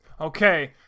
Okay